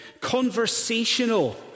conversational